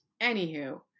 anywho